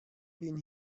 been